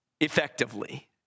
effectively